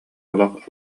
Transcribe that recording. олох